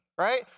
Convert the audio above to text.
right